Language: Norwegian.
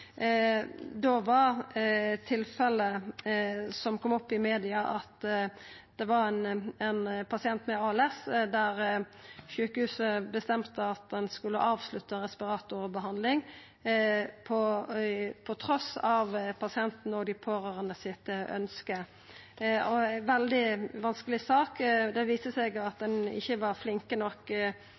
tilfellet som kom opp i media, galdt ein pasient med ALS der sjukehuset bestemte at ein skulle avslutta respiratorbehandling, trass i ønsket til pasienten og dei pårørande. Det var ei veldig vanskeleg sak. Det viste seg at ein ikkje var flink nok